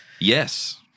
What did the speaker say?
yes